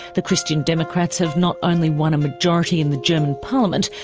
the christian democrats have not only won a majority in the german parliament,